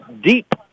deep